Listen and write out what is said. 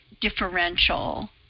differential